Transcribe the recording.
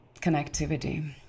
connectivity